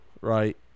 right